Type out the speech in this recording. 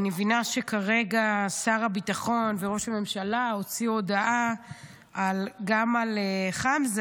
אני מבינה שכרגע שר הביטחון וראש הממשלה הוציאו הודעה גם על חמזה,